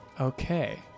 Okay